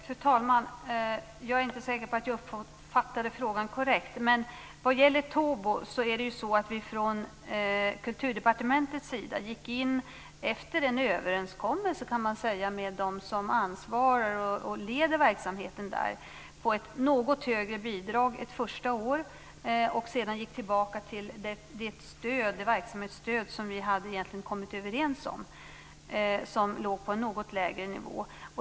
Fru talman! Jag är inte säker på att jag uppfattade frågan korrekt. Vad gäller Tobo gick dock Kulturdepartementet in - efter en överenskommelse, kan man säga, med dem som ansvarar för och leder verksamheten där - med ett något högre bidrag det första året. Sedan gick vi tillbaka till det verksamhetsstöd som vi egentligen hade kommit överens om och som låg på en något lägre nivå.